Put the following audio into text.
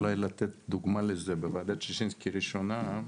אולי לתת דוגמה לזה: בוועדת ששינסקי הראשונה,